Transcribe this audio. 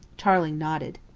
tarling nodded.